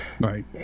Right